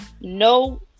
no